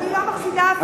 אני לא מחשידה אף אחד.